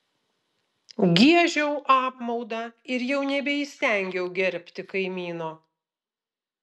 giežiau apmaudą ir jau nebeįstengiau gerbti kaimyno